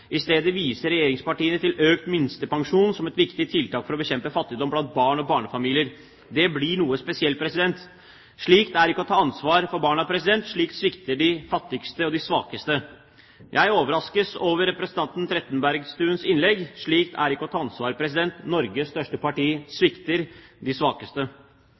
I stedet viser regjeringspartiene til økt minstepensjon som et viktig tiltak for å bekjempe fattigdom blant barn og barnefamilier. Det blir noe spesielt. Slikt er ikke å ta ansvar for barna – slik sviktes de fattigste og svakeste. Jeg overraskes over representanten Trettebergstuens innlegg. Slikt er ikke å ta ansvar – Norges største parti svikter de svakeste.